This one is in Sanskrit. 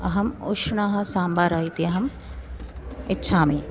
अहम् उष्णः साम्बार इति अहम् इच्छामि